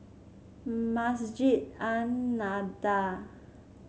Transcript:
Masjid An Nahdhah